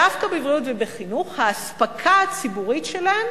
דווקא בבריאות ובחינוך, האספקה הציבורית שלהם